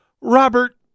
Robert